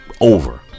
over